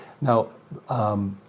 Now